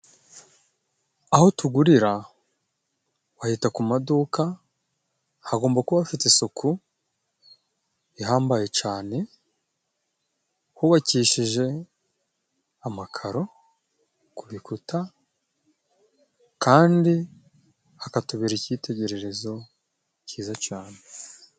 Aho tugurira bahita ku maduka hagomba kuba hafite isuku ihambaye cyane, hubakishije amakaro ku bikuta kandi hakatubera icyitegererezo cyiza cyane.